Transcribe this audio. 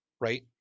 right